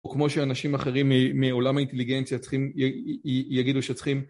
או כמו שאנשים אחרים מעולם האינטליגנציה יגידו שצריכים